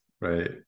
right